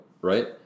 right